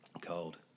Cold